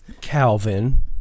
Calvin